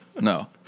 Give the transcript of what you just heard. no